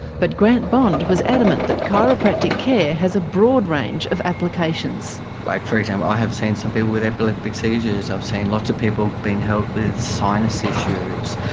but grant bond was adamant that chiropractic care has a broad range of applications. like, for example, i have seen some people with epileptic seizures, i've seen lots of people being helped with sinus issues,